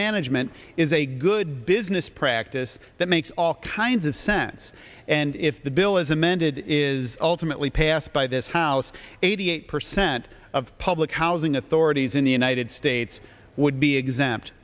management is a good business practice that makes all kinds of sense and if the bill as amended is ultimately passed by this house eighty eight percent of public housing authorities in the united states would be exempt